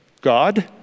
God